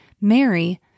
Mary